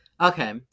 Okay